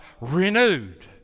renewed